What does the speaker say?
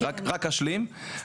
רק אשלים.